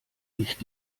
nicht